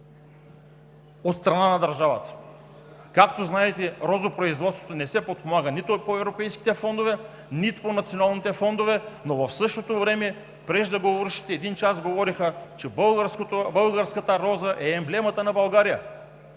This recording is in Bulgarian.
от страна на държавата. Както знаете, розопроизводството не се подпомага нито от европейските фондове, нито от националните фондове, но в същото време преждеговорившите един час говориха, че българската роза е емблемата на България!